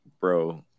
bro